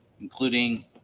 including